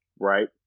Right